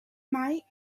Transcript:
might